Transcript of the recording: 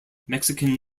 mexican